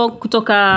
kutoka